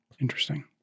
Interesting